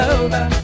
over